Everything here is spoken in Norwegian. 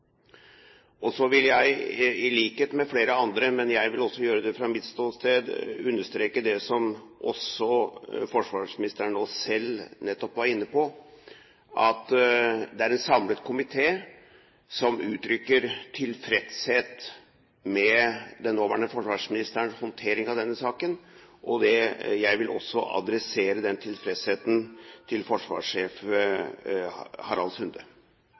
Så vil jeg, i likhet med flere andre, men jeg vil også gjøre det fra mitt ståsted, understreke det som også forsvarsministeren nå selv nettopp var inne på, at det er en samlet komité som uttrykker tilfredshet med den nåværende forsvarsministerens håndtering av denne saken. Jeg vil også adressere den tilfredsheten til forsvarssjef Harald Sunde.